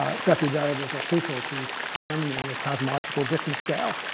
cepheid variables are crucial to determining the cosmological distance scale.